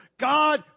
God